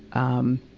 um,